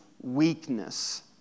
weakness